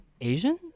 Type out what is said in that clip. Asian